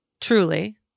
truly